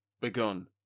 Begun